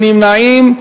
אין נמנעים,